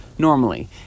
normally